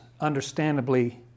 understandably